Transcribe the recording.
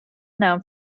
known